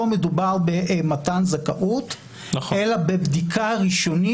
לא מדובר במתן זכאות אלא בבדיקה ראשונית